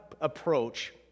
approach